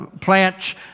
plants